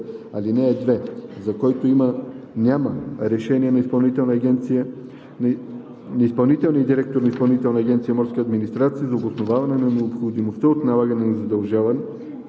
ал. 2, за който няма решение на изпълнителния директор на Изпълнителна агенция „Морска администрация“ за обосноваване на необходимостта от налагане на задължение